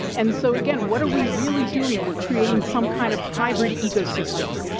and so, again, what are we really doing? we're creating some kind of hybrid ecosystem.